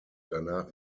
danach